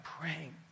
praying